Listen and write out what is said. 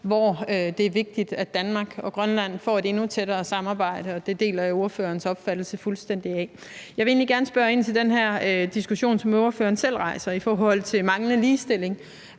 som det er vigtigt at Danmark og Grønland får et endnu tættere samarbejde om. Det deler jeg fuldstændig ordførerens opfattelse af. Jeg vil egentlig gerne spørge ind til den diskussion, som ordføreren selv rejser, nemlig om den manglende ligestilling